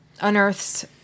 unearths